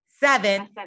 Seven